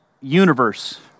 universe